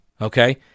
okay